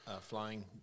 flying